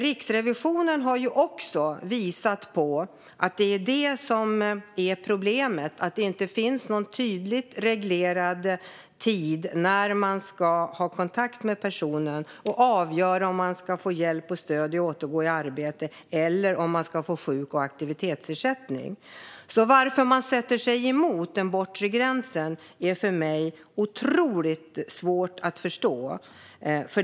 Riksrevisionen har visat att problemet är att det inte finns någon tydligt reglerad tid för när man ska ha kontakt med personen och avgöra om personen ska få hjälp och stöd vid återgång till arbete eller om personen ska få sjuk och aktivitetsersättning. Varför man motsätter sig den bortre gränsen är för mig otroligt svårt att förstå.